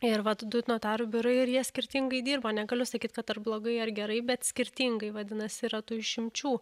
ir vat du notarų biurai ir jie skirtingai dirba negaliu sakyt kad ar blogai ar gerai bet skirtingai vadinasi yra tų išimčių